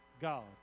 God